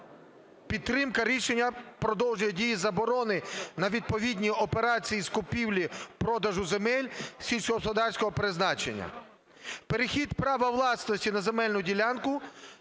підтримка рішення продовження дії заборони на відповідні операції з купівлі-продажу земель сільськогосподарського призначення. Перехід права власності на земельну ділянку